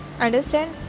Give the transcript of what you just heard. understand